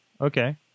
Okay